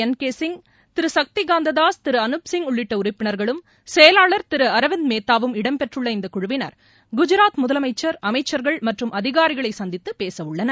N K Singh திரு சக்தி காந்ததாஸ் திரு அனுப் சிங் உள்ளிட்ட உறுப்பினர்களும் செயலாளர் திரு அரவிந்த் மேத்தாவும் இடம் பெற்றுள்ள இந்தக் குழுவினர் குஜாத் முதலமைச்சர் அமைச்சர்கள் மற்றம் அதிகாரிகளை சந்தித்து பேசவுள்ளார்கள்